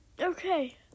okay